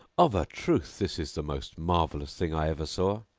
of a truth this is the most marvellous thing i ever saw!